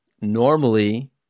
normally